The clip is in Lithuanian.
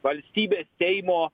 valstybės seimo